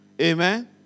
Amen